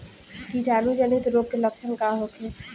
कीटाणु जनित रोग के लक्षण का होखे?